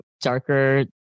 darker